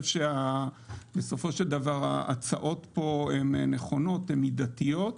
בסופו של דבר, ההצעות פה הן נכונות ומידתיות.